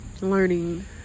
learning